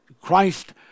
Christ